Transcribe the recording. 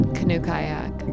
canoe-kayak